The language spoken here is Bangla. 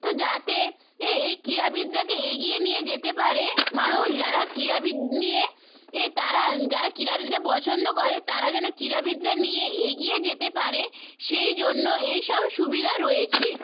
তো যাতে এ এই ক্রীড়াবিদরাকে এগিয়ে নিয়ে যেতে পারে মানুষ যারা ক্রীড়াবিদ নিয়ে এ তারা যারা ক্রীড়াবিদরা পছন্দ করে তারা যেন ক্রীড়াবিদরা নিয়ে এগিয়ে যেতে পারে সেই জন্য এই সব সুবিধা রয়েছে